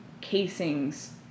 casings